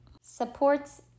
supports